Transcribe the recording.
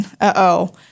uh-oh